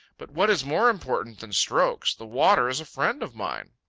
but what is more important than strokes, the water is a friend of mine.